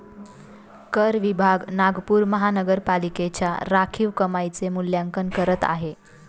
कर विभाग नागपूर महानगरपालिकेच्या राखीव कमाईचे मूल्यांकन करत आहे